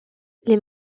les